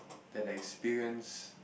than an experience